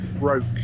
broke